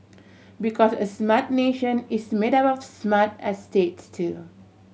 because a smart nation is made up of smart estates too